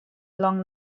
long